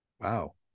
Wow